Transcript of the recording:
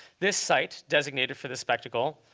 this site, designated for the spectacle,